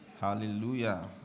Hallelujah